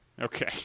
Okay